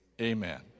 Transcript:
amen